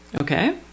Okay